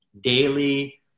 daily